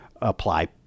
apply